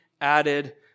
added